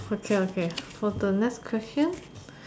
okay okay for the next question